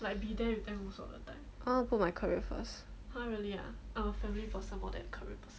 I want to put my career first